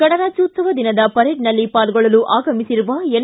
ಗಣರಾಜ್ಣೋತ್ಸವ ದಿನದ ಪರೇಡ್ನಲ್ಲಿ ಪಾಲ್ಗೊಳ್ಳಲು ಆಗಮಿಸಿರುವ ಎನ್